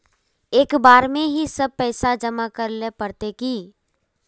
एक बार में ही सब पैसा जमा करले पड़ते की?